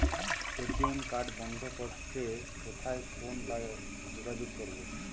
ATM card বন্ধ করতে কোথায় ফোন বা যোগাযোগ করব?